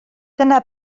dyna